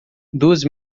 duas